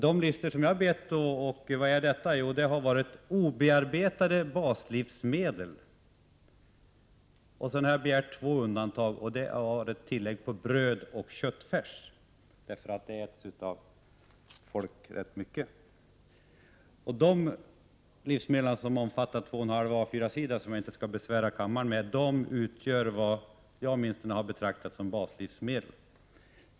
De listor som jag bett att få gällde obearbetade baslivsmedel. Jag har begärt två undantag: tillägg på bröd och köttfärs, eftersom de äts räti mycket av folk. Förteckningen över dessa livsmedel, omfattar två och en halv A 4-sidor, och jag skall inte besvära kammaren med att läsa upp den, men åtminstone jag betraktar dessa som baslivsmedel.